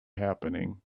happening